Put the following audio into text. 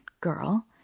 girl